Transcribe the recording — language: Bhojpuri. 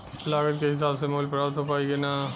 लागत के हिसाब से मूल्य प्राप्त हो पायी की ना?